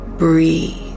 breathe